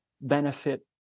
benefit